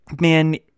man